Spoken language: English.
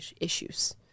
issues